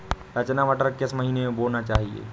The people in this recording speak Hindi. रचना मटर किस महीना में बोना चाहिए?